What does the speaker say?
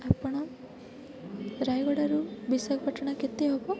ଆପଣ ରାୟଗଡ଼ାରୁ ବିଶାଖାପାଟଣା କେତେ ହବ